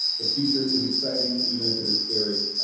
the future is exciting, even if it is scary.